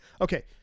Okay